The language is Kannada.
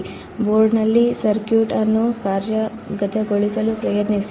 ಬ್ರೆಡ್ಬೋರ್ಡ್ನಲ್ಲಿ ಸರ್ಕ್ಯೂಟ್ ಅನ್ನು ಕಾರ್ಯಗತಗೊಳಿಸಲು ಪ್ರಯತ್ನಿಸಿ